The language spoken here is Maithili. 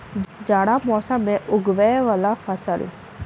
जाड़ा मौसम मे उगवय वला फसल?